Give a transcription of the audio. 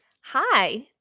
Hi